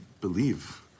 believe